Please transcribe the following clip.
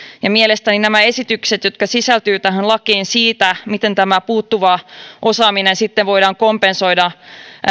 mielestäni nämä esitykset jotka sisältyvät tähän lakiin siitä miten tämä puuttuva osaaminen sitten voidaan kompensoida